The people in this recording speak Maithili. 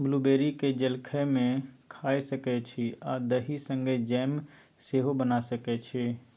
ब्लूबेरी केँ जलखै मे खाए सकै छी आ दही संगै जैम सेहो बना सकै छी